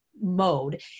Mode